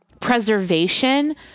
preservation